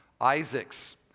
Isaac's